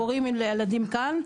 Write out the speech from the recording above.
הורים לילדים כאן,